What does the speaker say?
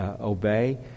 obey